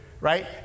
right